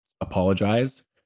apologize